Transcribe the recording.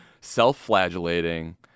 self-flagellating